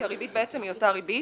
כי הריבית היא אותה ריבית.